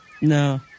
No